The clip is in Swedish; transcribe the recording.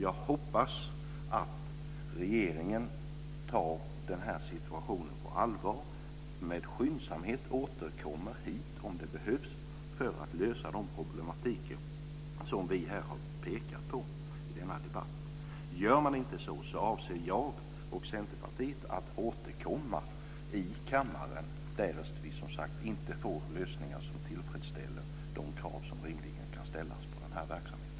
Jag hoppas att regeringen tar den här situationen på allvar och med skyndsamhet återkommer till riksdagen, om det behövs för att lösa de problem som vi har pekat på i denna debatt. Får vi inte lösningar som tillfredsställer de krav som rimligen kan ställas på den här verksamheten, avser jag och Centerpartiet att återkomma i kammaren om detta.